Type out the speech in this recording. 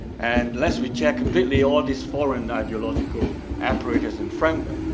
and let's reject completely all these foreign ideological apparatus and framework.